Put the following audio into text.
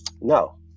no